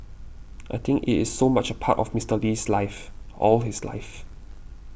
I think it is so much a part of Mister Lee's life all his life